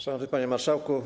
Szanowny Panie Marszałku!